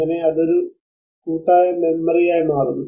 അങ്ങനെ അത് ഒരു കൂട്ടായ മെമ്മറിയായി മാറുന്നു